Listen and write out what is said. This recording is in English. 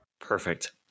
Perfect